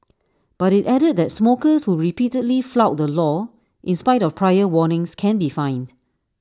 but IT added that smokers who repeatedly flout the law in spite of prior warnings can be fined